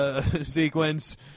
sequence